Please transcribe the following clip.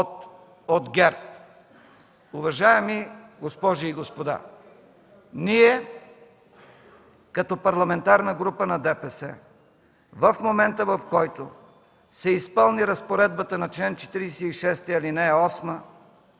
от ГЕРБ. Уважаеми госпожи и господа, ние, като парламентарна група на ДПС, в момента, в който се изпълни разпоредбата на чл. 46, ал. 8,